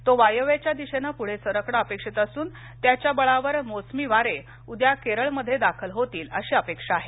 तो वायव्येच्या दिशेनं पुढे सरकणं अपेक्षित असून त्याच्या बळावर मोसमी वारे उद्या केरळमध्ये दाखल होतील अशी अपेक्षा आहे